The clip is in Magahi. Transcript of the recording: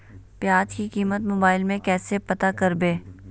प्याज की कीमत मोबाइल में कैसे पता करबै?